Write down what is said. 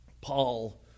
Paul